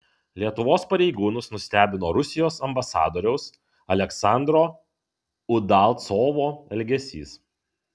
lietuvos pareigūnus nustebino rusijos ambasadoriaus aleksandro udalcovo elgesys